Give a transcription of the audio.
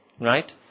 right